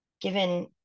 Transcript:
given